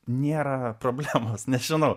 nėra problemos nežinau